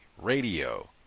radio